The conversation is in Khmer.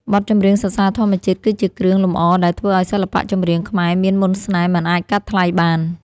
បទចម្រៀងសរសើរធម្មជាតិគឺជាគ្រឿងលម្អដែលធ្វើឱ្យសិល្បៈចម្រៀងខ្មែរមានមន្តស្នេហ៍មិនអាចកាត់ថ្លៃបាន។